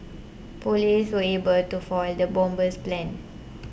police were able to foil the bomber's plans